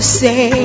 say